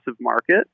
market